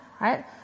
right